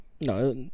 No